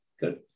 Good